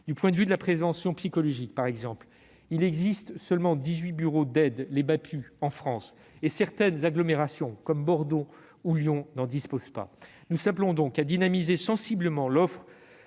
Du point de vue de la prévention psychologique, par exemple, il existe seulement dix-huit bureaux d'aide psychologique universitaire (BAPU) en France et certaines agglomérations comme Bordeaux ou Lyon n'en disposent pas. Nous appelons donc à dynamiser sensiblement l'offre